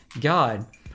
God